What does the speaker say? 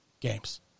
games